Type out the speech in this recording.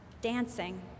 dancing